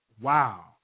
Wow